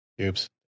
Oops